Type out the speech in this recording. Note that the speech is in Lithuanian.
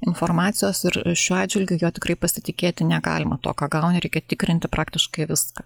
informacijos ir šiuo atžvilgiu juo tikrai pasitikėti negalima tuo ką gauni reikia tikrinti praktiškai viską